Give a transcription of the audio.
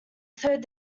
third